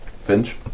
Finch